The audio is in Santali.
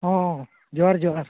ᱦᱚᱸ ᱡᱚᱦᱟᱨ ᱡᱚᱦᱟᱨ